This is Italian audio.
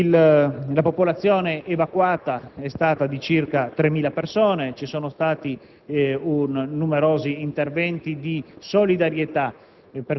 La popolazione evacuata è stata di circa 3.000 persone; ci sono stati numerosi interventi di solidarietà,